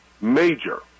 major